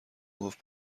گفت